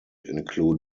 include